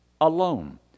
alone